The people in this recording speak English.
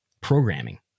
programming